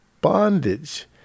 bondage